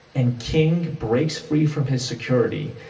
and king breaks free from his security,